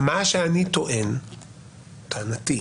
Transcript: טענתי,